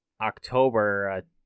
October